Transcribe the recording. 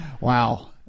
Wow